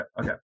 Okay